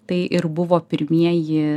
tai ir buvo pirmieji